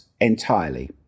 entirely